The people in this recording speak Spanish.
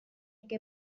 que